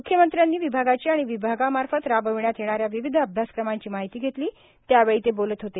मुख्यमंत्र्यांनी विभागाची आणि विभागामार्फत राबविण्यात येणाऱ्या विविध अभ्यासक्रमांची माहिती घेतली त्यावेळी ते बोलत होते